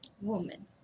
woman